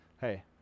hey